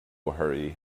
hurry